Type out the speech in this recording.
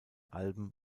alben